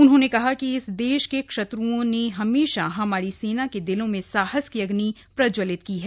उन्होने कहा कि इस देश के शत्रओं ने हमेशा हमारी सेना के दिलों में साहस की अग्नि प्रज्जवल्लित की है